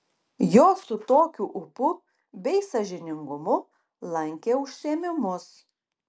jos su tokiu ūpu bei sąžiningumu lankė užsiėmimus